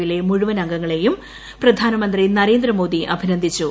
യിലെ മുഴുവൻ ടീമംഗങ്ങളെയും പ്രധാനമന്ത്രി നരേന്ദ്രമോദി അഭിനന്ദിച്ചു